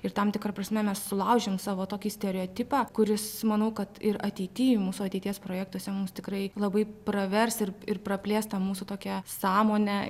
ir tam tikra prasme mes sulaužėm savo tokį stereotipą kuris manau kad ir ateity mūsų ateities projektuose mums tikrai labai pravers ir ir praplės tą mūsų tokią sąmonę